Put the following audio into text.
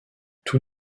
tous